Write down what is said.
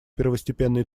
первостепенной